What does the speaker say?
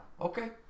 Okay